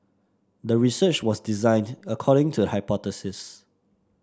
the research was designed according to the hypothesis